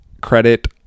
credit